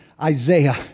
Isaiah